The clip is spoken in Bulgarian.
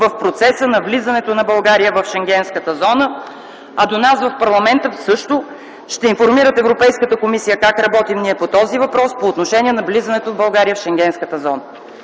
в процеса на влизането на България в Шенгенската зона. А за нас в парламента – също, ще информират Европейската комисия как работим ние по този въпрос - по отношение на влизането на България в Шенгенската зона.